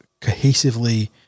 cohesively